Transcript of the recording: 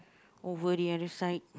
over the other side